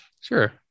Sure